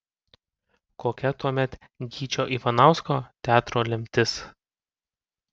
kokia tuomet gyčio ivanausko teatro lemtis